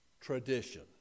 Tradition